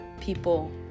people